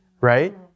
right